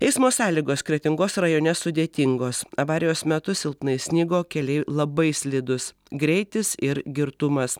eismo sąlygos kretingos rajone sudėtingos avarijos metu silpnai snigo keliai labai slidus greitis ir girtumas